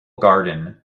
garden